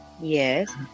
Yes